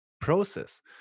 process